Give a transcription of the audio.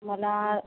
मला